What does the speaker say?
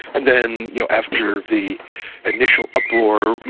and then you know after the initial uproar,